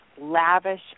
lavish